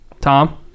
Tom